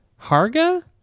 Harga